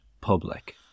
public